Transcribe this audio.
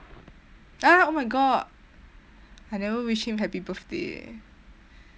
!huh! oh my god I never wish him happy birthday eh